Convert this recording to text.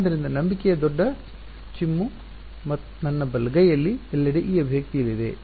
ಆದ್ದರಿಂದ ನಂಬಿಕೆಯ ದೊಡ್ಡ ಚಿಮ್ಮು ನನ್ನ ಬಲಗೈಯಲ್ಲಿ ಎಲ್ಲೆಡೆ ಈ ಅಭಿವ್ಯಕ್ತಿ ಇಲ್ಲಿದೆ